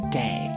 day